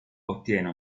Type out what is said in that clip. ottiene